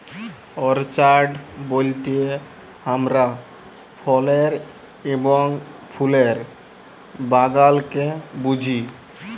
orchard বলতে হামরা ফলের এবং ফুলের বাগালকে বুঝি